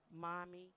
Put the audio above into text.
Mommy